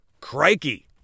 Crikey